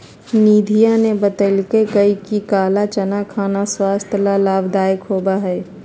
निधिया ने बतल कई कि काला चना खाना स्वास्थ्य ला लाभदायक होबा हई